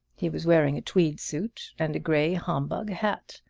he was wearing a tweed suit and a gray homburg hat.